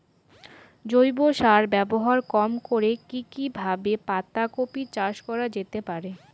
জৈব সার ব্যবহার কম করে কি কিভাবে পাতা কপি চাষ করা যেতে পারে?